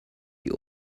die